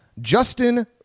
justin